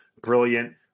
Brilliant